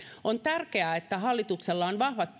on tärkeää että hallituksella on vahvat